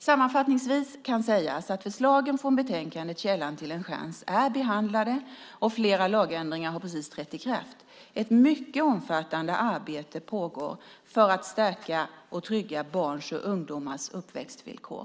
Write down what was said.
Sammanfattningsvis kan sägas att förslagen från betänkandet Källan till en chans är behandlade, och flera lagändringar har precis trätt i kraft. Ett mycket omfattande arbete pågår för att stärka och trygga barns och ungdomars uppväxtvillkor.